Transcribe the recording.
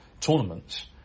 tournaments